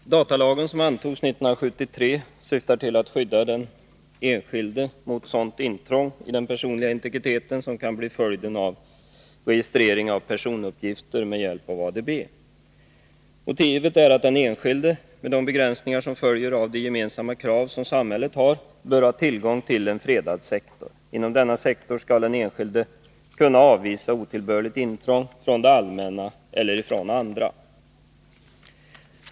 Herr talman! Datalagen, som antogs 1973, syftar till att skydda den enskilde mot sådant intrång i den personliga integriteten som kan bli följden av registrering av personuppgifter med hjälp av ADB. Motivet är att den enskilde, med de begränsningar som följer av de gemensamma krav som samhället har, bör ha tillgång till en fredad sektor. Inom denna sektor skall den enskilde kunna avvisa otillbörligt intrång från det allmänna eller från andra.